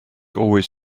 always